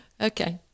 Okay